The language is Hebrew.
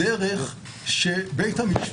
דבר ראשון,